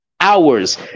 Hours